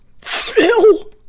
Phil